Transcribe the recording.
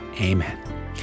Amen